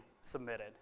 submitted